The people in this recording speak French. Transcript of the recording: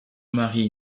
mari